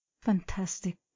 Fantastic